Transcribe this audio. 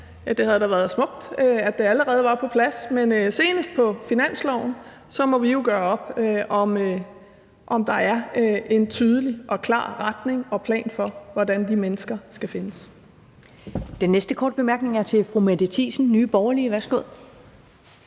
Det havde da været smukt, hvis det allerede var på plads, men altså senest på finansloven, og så må vi jo gøre op, om der er en tydelig og klar retning og en plan for, hvordan de mennesker skal findes. Kl. 13:26 Første næstformand (Karen Ellemann): Den næste korte bemærkning er fra fru Mette Thiesen, Nye Borgerlige. Værsgo.